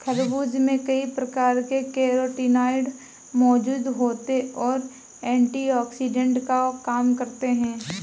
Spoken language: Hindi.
खरबूज में कई प्रकार के कैरोटीनॉयड मौजूद होते और एंटीऑक्सिडेंट का काम करते हैं